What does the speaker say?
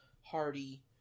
Hardy